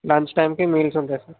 lunch టైంకు meals ఉంటాయి sir